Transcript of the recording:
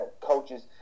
Coaches